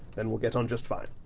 then we'll get on just fine.